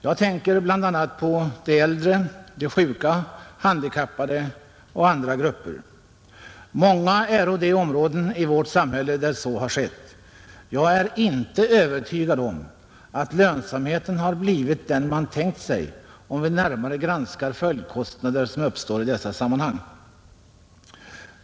Jag tänker bl.a. på de äldre, de sjuka, handikappade och andra grupper. Många är de områden i vårt samhälle där så har skett. Jag är inte övertygad om att lönsamheten visar sig ha blivit den man tänkt sig, om vi närmare granskar följdkostnader som uppstår i dessa sammanhang.